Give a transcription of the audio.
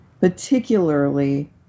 Particularly